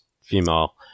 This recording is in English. female